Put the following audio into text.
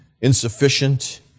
insufficient